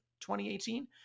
2018